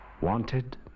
Wanted